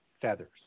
feathers